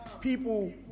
people